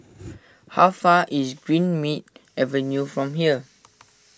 how far is Greenmead Avenue from here